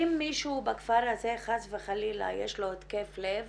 אם למישהו בכפר הזה חס וחלילה יש התקף לב